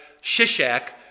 Shishak